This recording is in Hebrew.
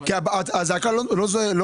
כי הזעקה היא לא מפה.